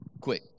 Quick